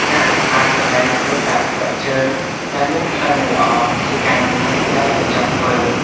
ការសម្អាតកន្លែងទុកដាក់ស្បែកជើងដែលមានក្លិនមិនល្អ ជាការងារដែលមិនចង់ធ្វើ។